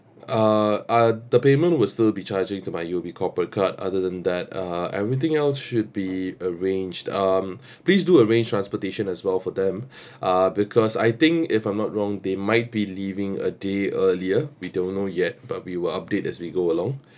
uh ah the payment will still be charging to my U_O_B corporate card other than that uh everything else should be arranged um please do arrange transportation as well for them uh because I think if I'm not wrong they might be leaving a day earlier we don't know yet but we will update as we go along